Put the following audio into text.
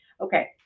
Okay